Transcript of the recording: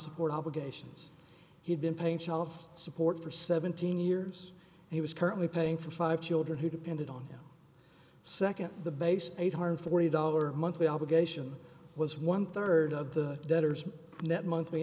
support obligations he'd been paying child support for seventeen years he was currently paying for five children who depended on him second the base eight hundred forty dollars monthly obligation was one third of the debtors net monthly